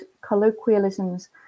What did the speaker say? colloquialisms